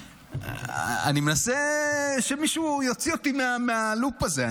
אני מנסה שמישהו יוציא אותי מהלופ הזה.